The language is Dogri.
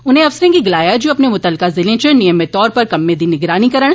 उनें अफसरें गी गलाया जे ओ अपने मुतलका ज़िलें च नियमित तौर उप्पर कम्मै दी निगरानी करन